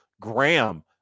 Graham